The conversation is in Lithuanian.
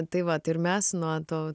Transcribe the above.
tai vat ir mes nuo to